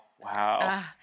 Wow